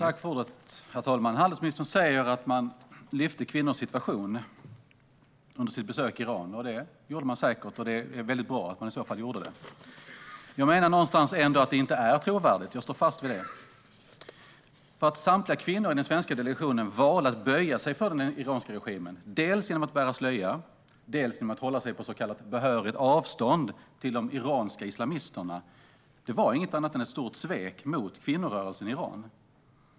Herr talman! Handelsministern säger att man lyfte upp kvinnors situation under besöket i Iran. Det gjorde man säkert, och det är bra att man i så fall gjorde det. Jag menar att det ändå inte är trovärdigt. Jag står fast vid det. Samtliga kvinnor i den svenska delegationen valde att böja sig för den iranska regimen dels genom att bära slöja, dels genom att hålla sig på så kallat behörigt avstånd till de iranska islamisterna. Det var ingenting annat än ett stort svek mot kvinnorörelsen i Iran.